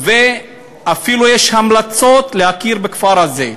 ואפילו יש המלצות להכיר בכפר הזה.